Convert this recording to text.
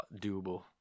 doable